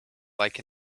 like